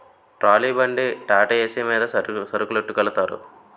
trolley బండి టాటాఏసి మీద సరుకొట్టికెలతారు